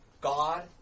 God